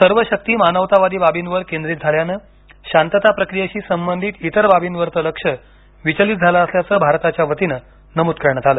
सर्व शक्ति मानवतावादी बाबींवर केंद्रित झाल्यानं शांतता प्रक्रियेशी संबधित इतर बाबींवरचं लक्ष विचलित झालं असल्याचं भारताच्या वतीनं नमूद करण्यात आलं